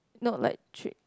not like three